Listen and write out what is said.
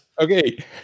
Okay